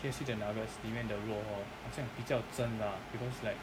K_F_C their nuggets 里面的肉 hor 好像比较真的 ah because like